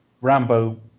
Rambo